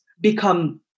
become